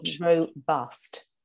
robust